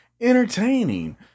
entertaining